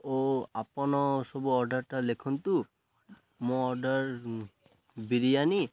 ଓ ଆପଣ ସବୁ ଅର୍ଡ଼ର୍ଟା ଲେଖନ୍ତୁ ମୋ ଅର୍ଡ଼ର୍ ବିରିୟାନୀ